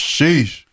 Sheesh